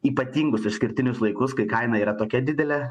ypatingus išskirtinius laikus kai kaina yra tokia didelė